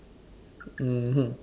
mmhmm